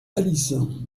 alice